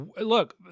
Look